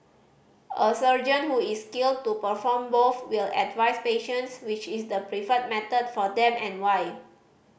a surgeon who is skilled to perform both will advise patients which is the preferred method for them and why